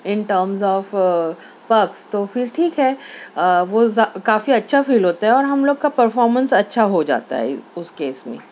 in terms of works تو پھر ٹھیک ہے وہ کافی اچھا فیل ہوتا ہے اور ہم لوگ کا پرفارمینس اچھا ہو جاتا ہے اس کیس میں